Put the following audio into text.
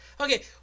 okay